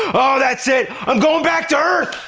oh, that's it! i'm going back to earth!